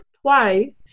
Twice